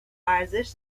ارزش